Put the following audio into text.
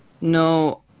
No